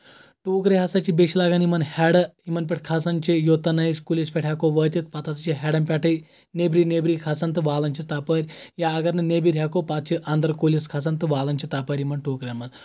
ٹوٗکرِ ہسا چھِ بیٚیہِ چھِ لگان یِمن ہیٚرٕ یِمن پٮ۪ٹھ کھسان چھِ یوتن نہٕ أسۍ کُلِس پٮ۪ٹھ ہٮ۪کو وٲتِتھ پَتہٕ ہسا چھِ ہیرن پٮ۪ٹھٕے نیبری نیبر کھسان تہٕ والان چھِس تَپٲرۍ یا اَگر نہٕ نیبِر ہٮ۪کو پَتہٕ چھِ اَنٛدر کُلِس کھسان تہٕ والان چھِ تَپٲرۍ یِمن ٹوٗکریٚن منٛز